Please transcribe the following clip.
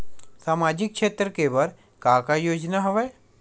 सामाजिक क्षेत्र के बर का का योजना हवय?